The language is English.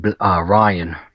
Ryan